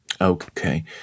Okay